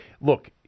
Look